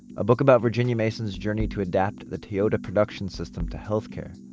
a book about virginia mason's journey to adapt the toyota production system to healthcare.